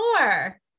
more